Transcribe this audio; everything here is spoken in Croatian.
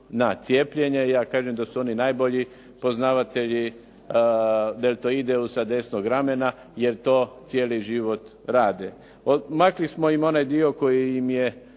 na cijepljenje. Ja kažem da su oni najbolji poznavatelji deltoide sa desnog ramena jer to cijeli život rade. Makli smo im onaj dio koji im je